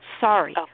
Sorry